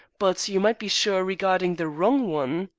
but you might be sure regarding the wrong one.